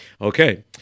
okay